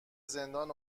زندان